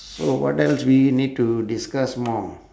so what else we need to discuss more